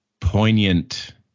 poignant